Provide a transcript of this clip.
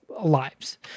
lives